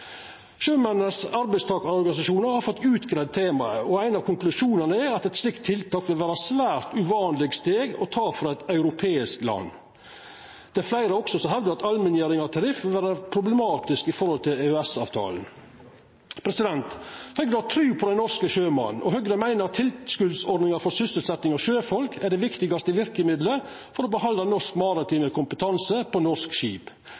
Sjømennenes arbeidstakarorganisasjonar har fått utgreidd temaet, og ein av konklusjonane er at eit slikt tiltak vil vera eit svært uvanleg steg å ta for eit europeisk land. Fleire hevdar også at allmenngjering av tariff vil vera problematisk med tanke på EØS-avtalen. Høgre har trua på den norske sjømannen, og Høgre meiner at tilskotsordninga for sysselsetjing av sjøfolk er det viktigaste verkemiddelet for å halda på norsk maritim kompetanse på norske skip.